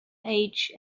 age